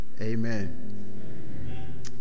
Amen